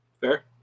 Fair